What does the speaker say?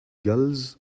gulls